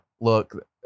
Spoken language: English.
Look